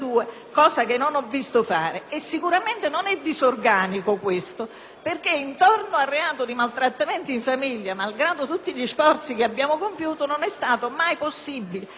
che rispetto al reato di maltrattamento in famiglia, malgrado tutti gli sforzi compiuti, non è mai stato possibile ottenere né un emendamento né un disegno di legge governativo